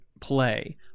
play